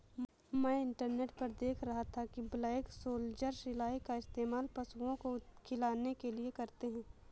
मैं इंटरनेट पर देख रहा था कि ब्लैक सोल्जर सिलाई का इस्तेमाल पशुओं को खिलाने के लिए करते हैं